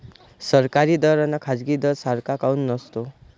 सरकारी दर अन खाजगी दर सारखा काऊन नसतो?